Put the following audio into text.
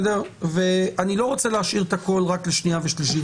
אני לא רוצה להשאיר הכול רק לקריאה השנייה והשלישית,